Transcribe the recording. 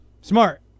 Smart